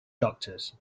doctors